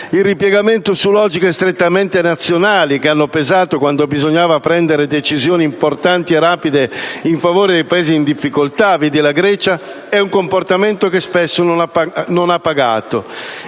Il ripiegamento su logiche strettamente nazionali, che hanno pesato quando bisognava prendere decisioni importanti e rapide in favore di Paesi in difficoltà (vedi la Grecia), è un comportamento che spesso non ha pagato.